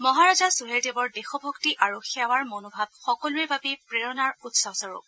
মহাৰাজা সুহেলদেৱৰ দেশভক্তি আৰু সেৱাৰ মনো ভাৱ সকলোৰে বাবে প্ৰেৰণাৰ উৎসস্বৰূপ